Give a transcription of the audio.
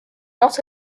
not